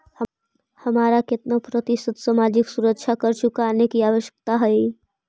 हमारा केतना प्रतिशत सामाजिक सुरक्षा कर चुकाने की आवश्यकता हई